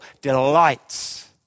delights